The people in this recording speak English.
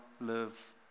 live